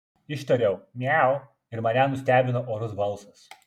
ištariau miau ir mane nustebino orus balsas